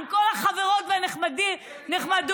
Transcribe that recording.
עם כל החברות והנחמדות,